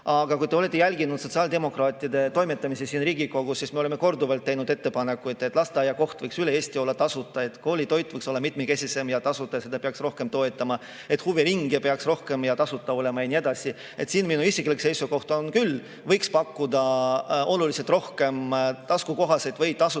Aga kui te olete jälginud sotsiaaldemokraatide toimetamisi siin Riigikogus, siis [olete kuulnud, et] me oleme korduvalt teinud ettepanekuid, et lasteaiakoht võiks üle Eesti olla tasuta, et koolitoit võiks olla mitmekesisem ja tasuta, seda peaks rohkem toetama, et huviringe peaks olema rohkem ja tasuta ja nii edasi. Siin minu isiklik seisukoht on küll see, et võiks pakkuda oluliselt rohkem taskukohaseid või tasuta